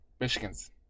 Michigan's